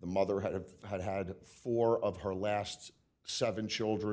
the mother had of had four of her last seven children